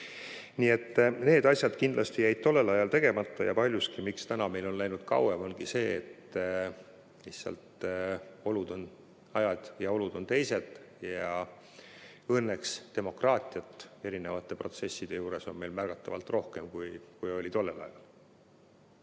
Need asjad kindlasti jäid tollel ajal tegemata ja paljuski, miks täna meil on läinud kauem, ongi [põhjus] see, et lihtsalt ajad ja olud on teised ja õnneks demokraatiat erinevate protsesside juures on meil märgatavalt rohkem, kui oli tollel